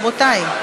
רבותי.